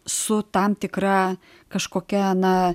su tam tikra kažkokia ana